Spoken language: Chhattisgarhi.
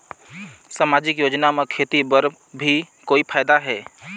समाजिक योजना म खेती बर भी कोई फायदा है?